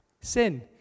Sin